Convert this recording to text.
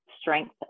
strength